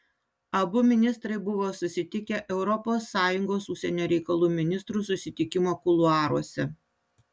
abu ministrai buvo susitikę europos sąjungos užsienio reikalų ministrų susitikimo kuluaruose